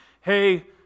hey